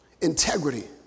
integrity